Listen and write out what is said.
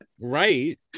right